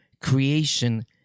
creation